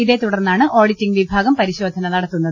ഇതേ തു ടർന്നാണ് ഓഡിറ്റിംഗ് വിഭാഗം പരി ശോ ധന നടത്തുന്നത്